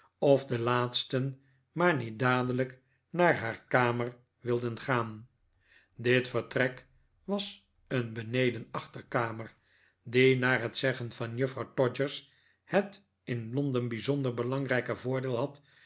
of de laatsten maar niet dadelijk naar haar kamer wilden gaan dit vertrek was een benedenachterkamer die naar het zeggen van juffrouw todgers het in londen bijzonder belangrijke voprdeel had